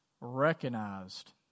recognized